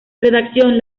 redacción